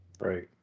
Right